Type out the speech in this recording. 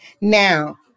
Now